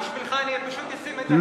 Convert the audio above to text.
בשבילך אני פשוט אשים את זה פה,